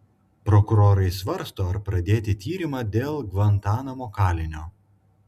prokurorai svarsto ar pradėti tyrimą dėl gvantanamo kalinio